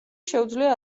შეუძლია